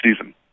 season